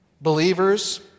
believers